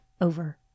over